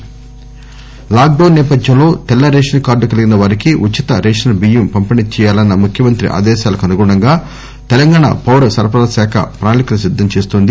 బియ్యం పంపిణి lockdown నేపథ్యంలో తెల్లరేషస్ కార్డు కలిగిన వారికి ఉచిత రేషస్ బియ్యం పంపిణీ చేయాలన్న ముఖ్యమంత్రి ఆదేశాలకనుగుణంగా తెలంగాణ పౌర సరఫరాల శాఖ ప్రణాళికలు సిద్గం చేస్తోంది